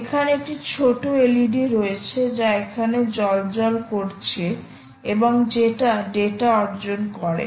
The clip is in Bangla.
এখানে একটি ছোট LED রয়েছে যা এখানে জ্বলজ্বল করছে এবং যেটা ডেটা অর্জন করছে